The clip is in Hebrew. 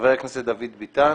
חבר הכנסת דוד ביטן,